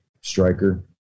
striker